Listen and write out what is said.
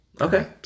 Okay